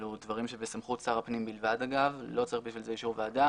אלה דברים שבסמכות שר הפנים בלבד לא צריך בשביל זה אישור ועדה.